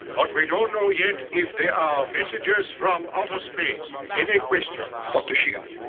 but we don't know yes if they are messages from outer space. any questions? dr. shiga,